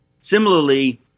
Similarly